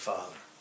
Father